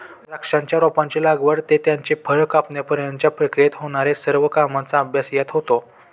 द्राक्षाच्या रोपाची लागवड ते त्याचे फळ कापण्यापर्यंतच्या प्रक्रियेत होणार्या सर्व कामांचा अभ्यास यात होतो